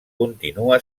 continua